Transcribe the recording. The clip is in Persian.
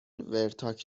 ورتاک